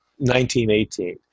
1918